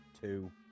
two